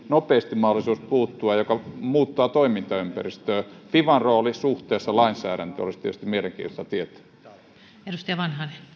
nopeasti mahdollisuus puuttua mikä muuttaa toimintaympäristöä fivan rooli suhteessa lainsäädäntöön olisi tietysti mielenkiintoista tietää